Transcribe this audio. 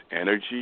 energy